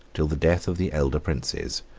till the death of the elder princes,